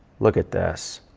look at this.